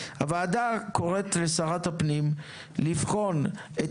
הוועדה קוראת לשרת הפנים לבחון את